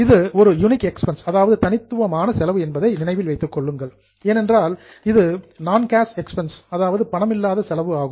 இது ஒரு unique expense தனித்துவமான செலவு என்பதை நினைவில் வைத்துக் கொள்ளுங்கள் ஏனென்றால் இது நான் கேஷ் எக்ஸ்பென்ஸ் பணமில்லாத செலவு ஆகும்